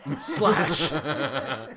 slash